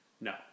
No